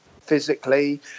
physically